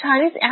Chinese